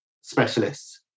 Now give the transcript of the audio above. specialists